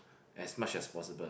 as much as possible